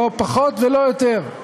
לא פחות ולא יותר.